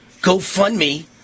GoFundMe